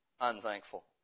unthankful